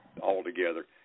altogether